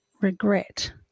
regret